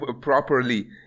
properly